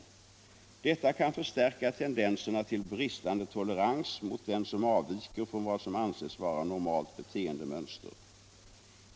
Detta kan förstärka tendenserna till bristande tolerans mot den som avviker från vad som anses vara normalt beteendemönster.